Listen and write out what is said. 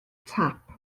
tap